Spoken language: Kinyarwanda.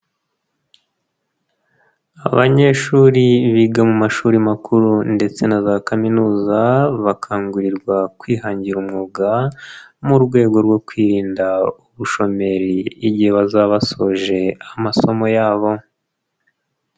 Abanyeshuri biga mu mashuri makuru ndetse na za kaminuza, bakangurirwa kwihangira umwuga mu rwego rwo kwirinda ubushomeri igihe bazaba basoje amasomo yabo.